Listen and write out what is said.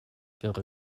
wäre